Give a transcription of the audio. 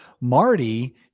Marty